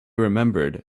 remembered